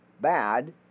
bad